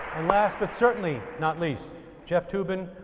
and last but certainly not least jeff toobin,